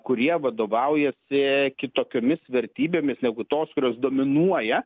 kurie vadovaujasi kitokiomis vertybėmis negu tos kurios dominuoja